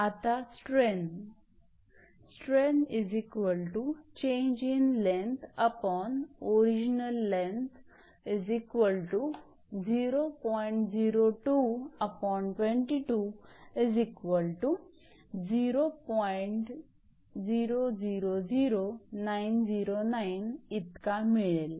आता स्ट्रेन इतका मिळेल